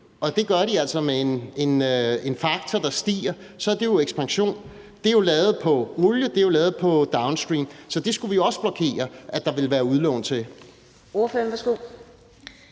og det gør de altså med en faktor, der stiger, så er det jo ekspansion, for det er jo lavet på olie, det er jo lavet på downstream; så det skulle vi også blokere der kunne være udlån til.